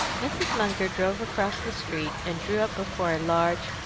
mrs. munger drove across the street, and drew up before a large,